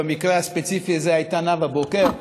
במקרה הספציפי זו הייתה נאוה בוקר,